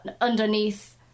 underneath